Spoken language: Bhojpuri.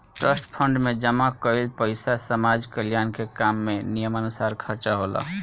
ट्रस्ट फंड में जमा कईल पइसा समाज कल्याण के काम में नियमानुसार खर्चा होला